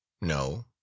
no